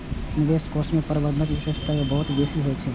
निवेश कोष मे प्रबंधन विशेषज्ञता बहुत बेसी होइ छै